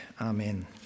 Amen